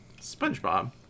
Spongebob